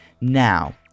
Now